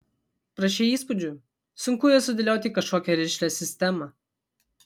prašei įspūdžių sunku juos sudėlioti į kažkokią rišlią sistemą